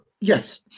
yes